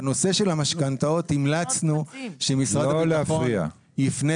בנושא של המשכנתאות המלצנו שמשרד הביטחון יפנה